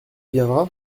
viendra